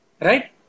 Right